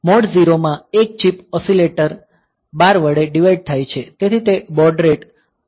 mode 0 માં એક chip oscillator 12 વડે ડીવાઈડ થાય છે તેથી તે બોડ રેટ અને ક્લોક છે